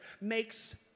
makes